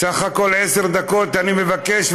בסך הכול עשר דקות אני מבקש,